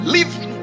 Living